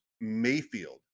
Mayfield